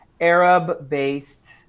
Arab-based